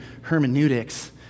hermeneutics